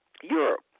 Europe